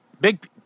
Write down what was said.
big